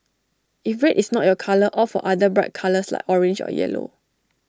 if red is not your colour opt for other bright colours like orange or yellow